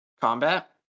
combat